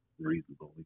Reasonably